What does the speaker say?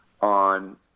on